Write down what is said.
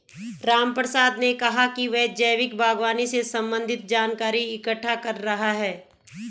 रामप्रसाद ने कहा कि वह जैविक बागवानी से संबंधित जानकारी इकट्ठा कर रहा है